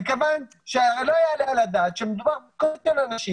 מכיוון שלא יעלה על הדעת שמדובר באנשים